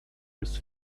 his